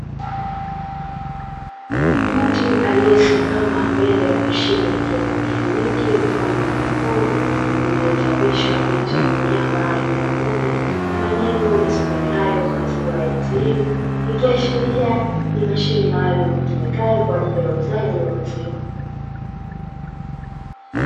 Mtu aliyesimama mbele ya mashine ya kieletroniki mfano wa jokofu, lililochapishwa picha ya mnyama aina ya ng'ombe na maneno yasomekayo "Maziwa ATM", ikiashiria ni mashine maalumu itumikayo kwa ajili ya uuzaji wa maziwa.